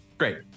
Great